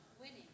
Winning